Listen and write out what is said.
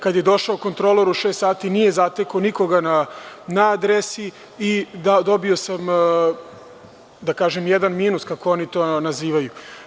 Kada je došao kontrolor u šest sati nije zatekao nikoga na adresi i dobio sam jedan minus, kako oni to nazivaju.